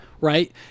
Right